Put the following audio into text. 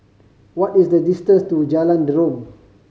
what is the distance to Jalan Derum